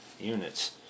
Units